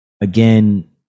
again